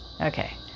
Okay